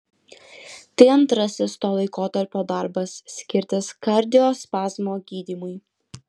tai antrasis to laikotarpio darbas skirtas kardiospazmo gydymui